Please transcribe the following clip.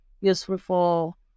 useful